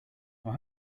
will